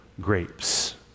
grapes